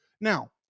Now